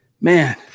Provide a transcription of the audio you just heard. man